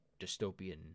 dystopian